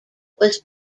was